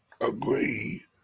agree